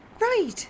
right